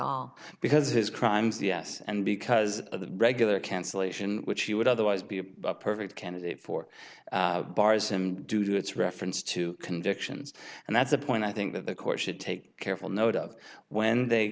all because his crimes yes and because of the regular cancellation which he would otherwise be a perfect candidate for bars him due to its reference to convictions and that's a point i think that the court should take careful note of when they